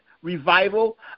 revival